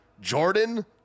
Jordan